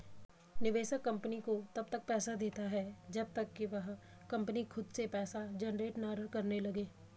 निवेशक कंपनी को तब तक पैसा देता है जब तक कि वह कंपनी खुद से पैसा जनरेट ना करने लगे